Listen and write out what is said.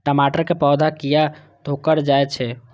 टमाटर के पौधा किया घुकर जायछे?